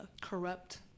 corrupt